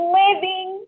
living